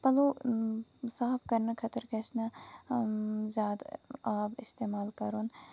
پَلو صاف کرنہٕ خٲطرٕ گژھِ نہٕ زیادٕ آب اِستعمال کَرُن